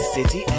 City